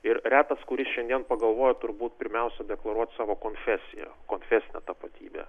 ir retas kuris šiandien pagalvoja turbūt pirmiausia deklaruot savo konfesiją konfesinę tapatybę